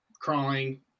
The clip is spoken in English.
crawling